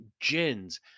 gins